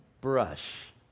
brush